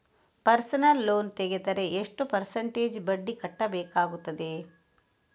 Personal loan ತೆಗೆದರೆ ಎಷ್ಟು percentage ಬಡ್ಡಿ ಕಟ್ಟಬೇಕಾಗುತ್ತದೆ?